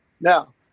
Now